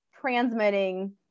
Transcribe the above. transmitting